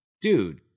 Dude